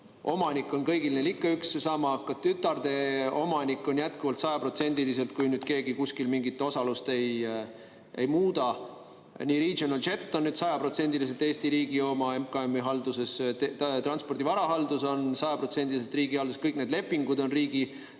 Omanik on kõigil neil ikka üks ja sama, ka tütarde omanik on jätkuvalt sajaprotsendiliselt [sama], kui keegi kuskil mingit osalust ei muuda, Regional Jet on nüüd sajaprotsendiliselt Eesti riigi oma MKM-i halduses, Transpordi Varahaldus on sajaprotsendiliselt riigi halduses, kõik need lepingud on riigi